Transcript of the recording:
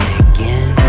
again